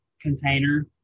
container